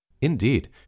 Indeed